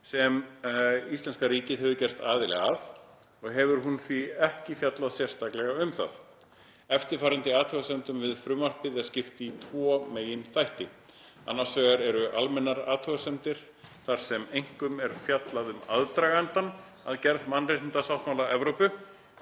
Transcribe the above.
sem íslenska ríkið hefur gerst aðili að, og hefur hún því ekki fjallað sérstaklega um það. Eftirfarandi athugasemdum við frumvarpið er skipt í tvo meginþætti. Annars vegar eru almennar athugasemdir þar sem einkum er fjallað um aðdragandann að gerð mannréttindasáttmála Evrópu,